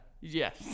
Yes